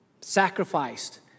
sacrificed